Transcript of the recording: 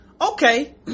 okay